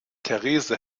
therese